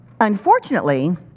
Unfortunately